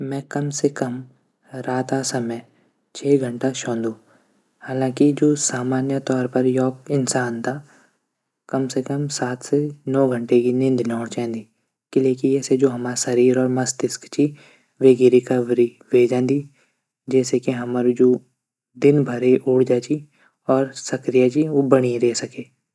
मै कम से कम रात समय छः घंटा सिंदो हालांकि यूको सामान्य तौर पर इंसान तै कम से कम सात से नौ घंटा की नींद लीण चैंद। किलैकी यो से हमर शरीर और मस्तिष्क च वेक रिकवरी वे जांदी। दिनभर ऊर्जा च सक्रिय च ऊ बणै रै सकदी।